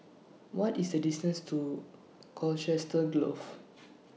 What IS The distance to Colchester Grove